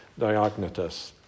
Diognetus